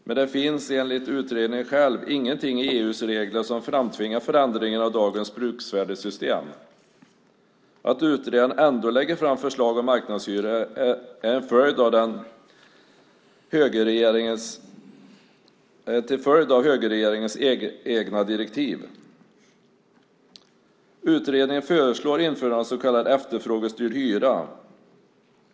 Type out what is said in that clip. Men det finns enligt utredaren själv ingenting i EU:s regler som framtvingar förändringar av dagens bruksvärdessystem. Att utredaren ändå lägger fram förslag om marknadshyror är en följd av högerregeringens egna direktiv. Utredningen föreslår införande av så kallad efterfrågestyrd hyra.